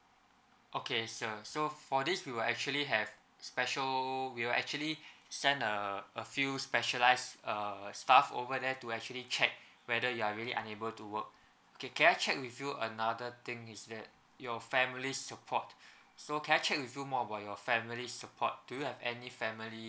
okay sir so for this we will actually have special we'll actually send uh a few specialise err staff over there to actually check whether you are really unable to work okay can I check with you another thing is that your family support so can I check with you more about your family support do you have any family